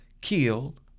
killed